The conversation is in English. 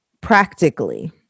practically